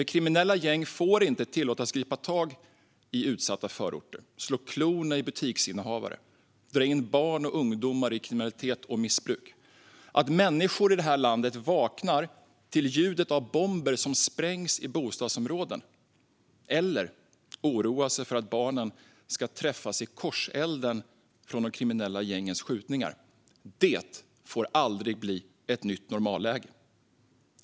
Kriminella gäng får nämligen inte tillåtas gripa tag i utsatta förorter, slå klorna i butiksinnehavare och dra in barn och ungdomar i kriminalitet och missbruk. Att människor i det här landet vaknar till ljudet av bomber som sprängs i bostadsområden eller oroar sig över att barnen ska träffas i korselden från de kriminella gängens skjutningar får aldrig bli ett nytt normalläge.